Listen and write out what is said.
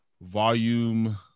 Volume